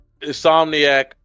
Insomniac